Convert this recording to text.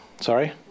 sorry